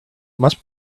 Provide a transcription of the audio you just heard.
much